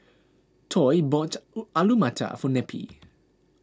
Toy bought Alu Matar for Neppie